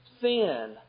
Sin